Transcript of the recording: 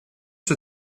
sur